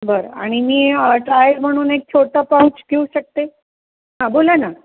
बरं आणि मी ट्रायल म्हणून एक छोटं पाऊच घेऊ शकते हां बोला ना